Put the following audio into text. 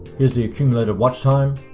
here's the accumulated watch time.